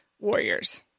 warriors